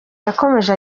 yakomeje